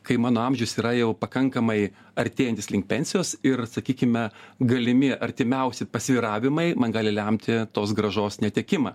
kai mano amžius yra jau pakankamai artėjantis link pensijos ir sakykime galimi artimiausi pasvyravimai man gali lemti tos grąžos netekimą